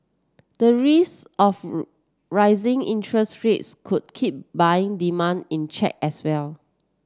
the risk of rising interest rates could keep buying demand in check as well